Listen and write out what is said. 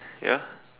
ya